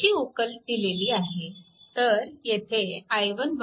त्याची उकल दिलेली आहे